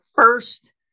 first